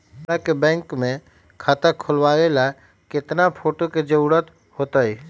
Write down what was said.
हमरा के बैंक में खाता खोलबाबे ला केतना फोटो के जरूरत होतई?